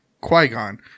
Qui-Gon